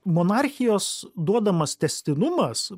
monarchijos duodamas tęstinumas